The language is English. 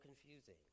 confusing